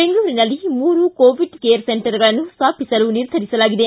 ಬೆಂಗಳೂರಿನಲ್ಲಿ ಮೂರು Covid care ಸೆಂಟರ್ಗಳನ್ನು ಸ್ಮಾಪಿಸಲು ನಿರ್ಧರಿಸಲಾಗಿದೆ